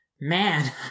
Man